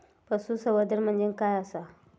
पशुसंवर्धन म्हणजे काय आसा?